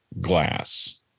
glass